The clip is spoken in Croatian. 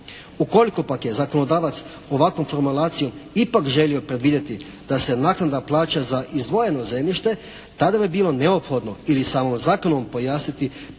Ukoliko pak je zakonodavac ovakvom formulacijom ipak želio predvidjeti da se naknada plaća za izdvojeno zemljište tada bi bilo neophodno ili samo zakonom pojasniti predmetnu